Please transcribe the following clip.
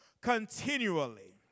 continually